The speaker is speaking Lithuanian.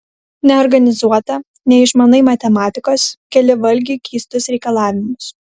neorganizuota neišmanai matematikos keli valgiui keistus reikalavimus